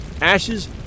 ashes